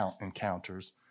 encounters